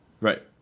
right